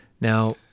Now